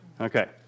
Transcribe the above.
Okay